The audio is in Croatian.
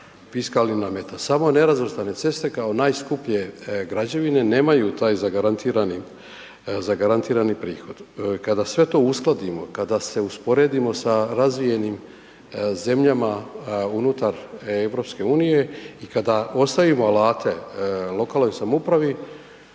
parafiskalnih nameta. Samo nerazvrstane ceste kao najskuplje građevine nemaju taj zagarantirani prihod. Kada sve to uskladimo, kada se usporedimo sa razvijenim zemljama unutar EU i kada ostavimo alate lokalnoj samoupravi,